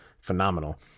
phenomenal